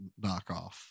knockoff